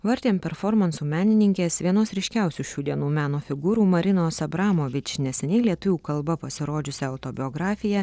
vartėm performansų menininkės vienos ryškiausių šių dienų meno figūrų marinos abramovič neseniai lietuvių kalba pasirodžiusią autobiografiją